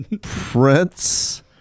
Prince